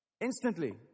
Instantly